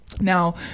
Now